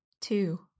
two